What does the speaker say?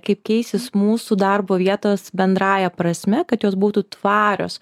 kaip keisis mūsų darbo vietos bendrąja prasme kad jos būtų tvarios